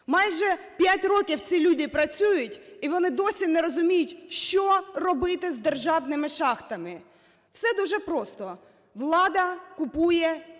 Майже 5 років ці люди працюють, і вони досі не розуміють, що робити з державними шахтами. Це дуже просто. Влада купує